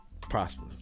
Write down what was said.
prosper